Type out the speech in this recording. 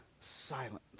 silent